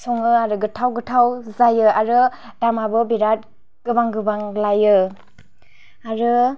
सङो आरो गोथाव गोथाव जायो आरो दामाबो बिराथ गोबां गोबां लायो आरो